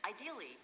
ideally